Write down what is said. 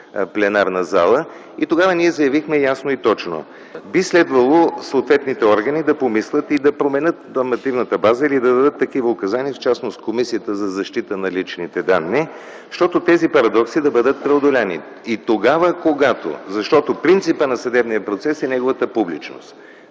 пленарната зала. И тогава ние заявихме ясно и точно – би следвало съответните органи да помислят и да променят нормативната база или да дадат такива указания, в частност на Комисията за защита на личните данни, щото тези парадокси да бъдат преодолени. Принципът на съдебния процес е неговата публичност.